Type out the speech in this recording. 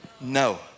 No